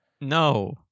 No